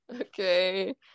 okay